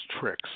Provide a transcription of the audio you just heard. tricks